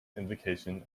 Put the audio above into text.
invocation